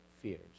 fears